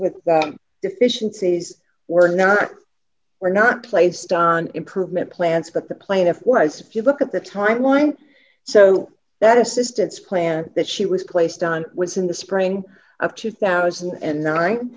with deficiencies were not were not placed on improvement plans but the plaintiff wise if you look at the timeline so that assistance plan that she was placed on was in the spring of two thousand and nine